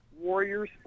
Warriors